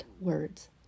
words